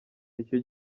icyo